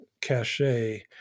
cachet